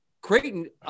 Creighton